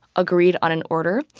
agreed on an order.